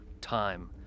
time